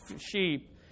sheep